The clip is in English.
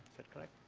that correct?